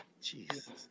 Jesus